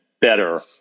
better